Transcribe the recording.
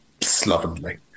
slovenly